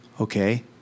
okay